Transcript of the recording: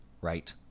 right